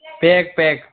pack pack